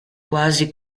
quasi